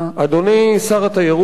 אדוני שר התיירות,